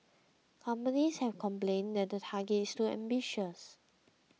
companies have complained that the target is too ambitious